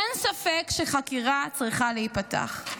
אין ספק שחקירה צריכה להיפתח.